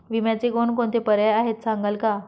विम्याचे कोणकोणते पर्याय आहेत सांगाल का?